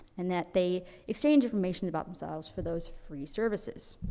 and that they exchange information about themselves for those free services.